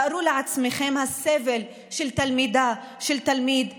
תארו לעצמכם את הסבל של תלמידה ושל תלמיד כאלה,